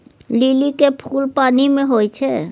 लिली के फुल पानि मे होई छै